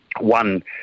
one